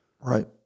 Right